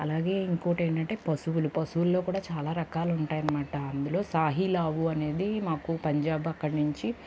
అలాగే ఇంకోటి ఏంటంటే పశువులు పశువుల్లో కూడా చాలా రకాలు ఉంటాయి అనమాట అందులో సాహీలావు అనేది మాకు పంజాబ్ అక్కడ్నుంచి